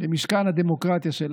במשכן הדמוקרטיה שלהם.